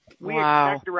Wow